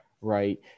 right